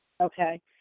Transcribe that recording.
Okay